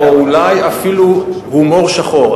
או אולי אפילו הומור שחור.